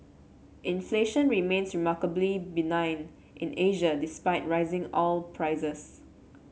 inflation remains remarkably benign in Asia despite rising oil prices